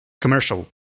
commercial